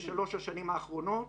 בשלוש השנים האחרונות,